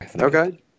Okay